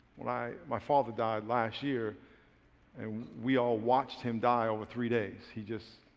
my my father died last year and we all watched him die over three days. he just